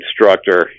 instructor